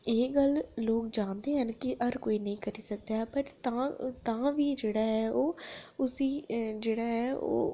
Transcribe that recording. एह् गल्ल लोक जानदे हैन कि हर कोई नेईं करी सकदा ऐ पर तां बी तां बी जेह्ड़ा ऐ ओह् उसी जेह्ड़ा ऐ ओह्